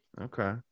Okay